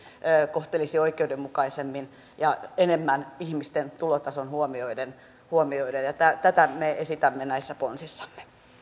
kohtelisi oikeudenmukaisemmin ja enemmän ihmisten tulotasoa huomioiden huomioiden tätä me esitämme näissä ponsissamme